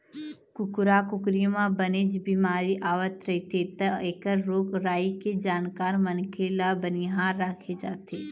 कुकरा कुकरी म बनेच बिमारी आवत रहिथे त एखर रोग राई के जानकार मनखे ल बनिहार राखे जाथे